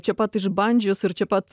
čia pat išbandžius ir čia pat